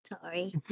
Sorry